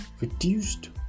reduced